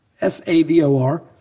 S-A-V-O-R